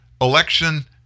election